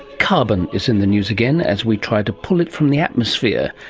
carbon is in the news again as we try to pull it from the atmosphere.